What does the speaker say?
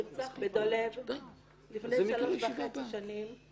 שנרצח בדולב לפני שלוש וחצי שנים.